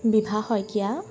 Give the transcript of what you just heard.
Bibha Saikia